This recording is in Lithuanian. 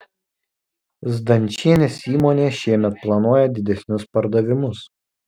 zdančienės įmonė šiemet planuoja didesnius pardavimus